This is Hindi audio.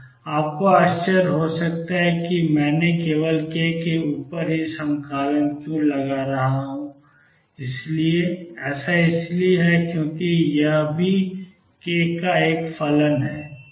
आपको आश्चर्य हो सकता है कि मैं केवल k के ऊपर ही समाकलन क्यों कर रहा हूँ ऐसा इसलिए है क्योंकि यह भी k का एक फलन है